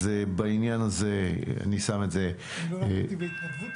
אז בעניין הזה אני שם את זה -- לא לקחתי את בהתנדבות,